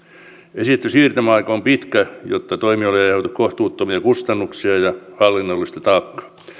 esitetty siirtymäaika on pitkä jotta toimijoille ei aiheudu kohtuuttomia kustannuksia ja hallinnollista taakkaa